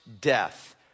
death